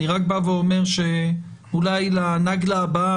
אבל אני רק בא ואומר שאולי לקבוצה הבאה,